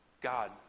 God